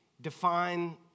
define